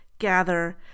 gather